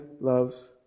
loves